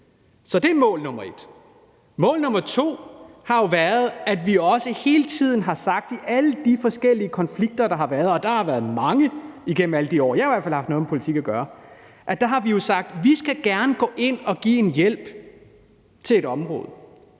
Så det er mål nr. 1. Mål nr. 2 har jo været, som vi også hele tiden har sagt i alle de forskellige konflikter, der har været – og der har været mange igennem alle de år, jeg i hvert fald har haft noget med politik at gøre – at vi gerne går ind og giver hjælp til et område,